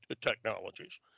technologies